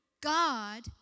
God